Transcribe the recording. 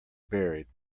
buried